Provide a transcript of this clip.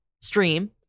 stream